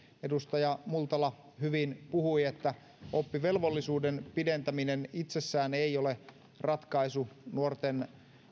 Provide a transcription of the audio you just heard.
edustaja multala hyvin puhui että oppivelvollisuuden pidentäminen itsessään ei ole ratkaisu nuorten